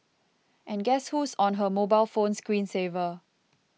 and guess who's on her mobile phone screen saver